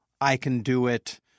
I-can-do-it